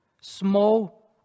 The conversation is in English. small